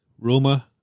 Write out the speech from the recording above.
Roma